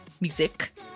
Music